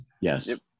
Yes